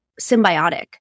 symbiotic